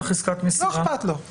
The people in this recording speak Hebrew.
עוד לא קראנו את זה.